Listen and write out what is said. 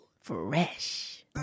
fresh